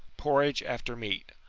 porridge after meat!